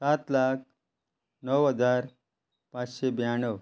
सात लाख णव हजार पांचशे ब्याणव